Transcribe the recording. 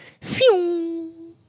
Phew